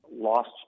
lost